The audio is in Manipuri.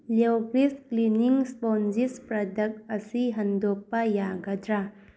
ꯂꯤꯑꯣꯒ꯭ꯔꯤꯖ ꯀ꯭ꯂꯤꯅꯤꯡ ꯁ꯭ꯄꯣꯟꯖꯤꯁ ꯄ꯭ꯔꯗꯛ ꯑꯁꯤ ꯍꯟꯗꯣꯛꯄ ꯌꯥꯒꯗ꯭ꯔꯥ